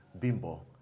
Bimbo